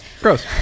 gross